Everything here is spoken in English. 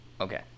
Okay